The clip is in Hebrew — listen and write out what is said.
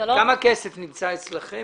כסף נמצא אצלכם